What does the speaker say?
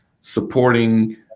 supporting